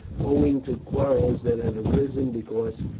owing to quarrels that had arisen because,